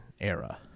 era